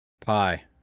Pie